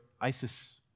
ISIS